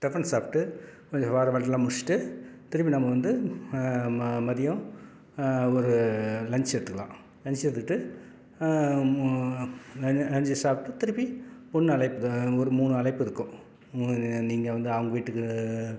tiffin சாப்பிட்டு கொஞ்சம் ஃபார்மாலிட்டிலாம் முடிச்சுட்டு திருப்பி நம்ம வந்து ம மதியம் ஒரு லன்ச் எடுத்துக்கலாம் லன்ச் எடுத்துக்கிட்டு மு லன்ச்சை சாப்பிட்டு திருப்பி பொண்ணு அழைப்பு ஒரு மூணு அழைப்பு இருக்கும் மூ நீங்கள் வந்து அவங்க வீட்டுக்கு